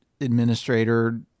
administrator